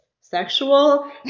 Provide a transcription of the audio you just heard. sexual